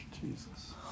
Jesus